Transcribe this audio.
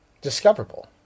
discoverable